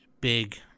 Big